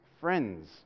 friends